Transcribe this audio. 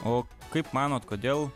o kaip manot kodėl